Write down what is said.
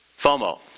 FOMO